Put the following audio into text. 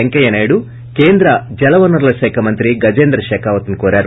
పెంకయ్య నాయుడు కేంద్ర జలవనరుల శాఖ మంత్రి గజేంద్ర షెకావత్ ను కోరారు